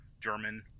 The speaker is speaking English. German